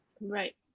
right